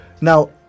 Now